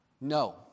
No